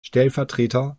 stellvertreter